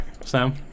Sam